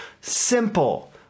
simple